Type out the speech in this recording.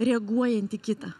reaguojant į kitą